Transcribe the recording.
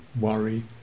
worry